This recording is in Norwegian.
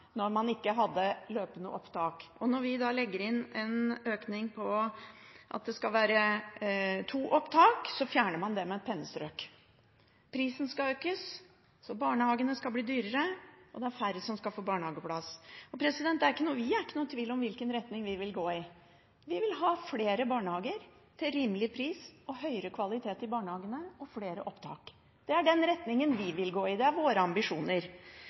Når vi så legger inn en økning for å få to opptak, fjerner man den med et pennestrøk. Prisen skal økes. Barnehagene skal bli dyrere, og det er færre som skal få barnehageplass. Vi er ikke i tvil om hvilken retning vi vil gå i. Vi vil ha flere barnehager – til rimelig pris, høyere kvalitet i barnehagene og flere opptak. Det er den retningen vi vil gå i. Det er våre ambisjoner.